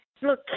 look